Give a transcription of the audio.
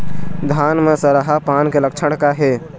धान म सरहा पान के लक्षण का हे?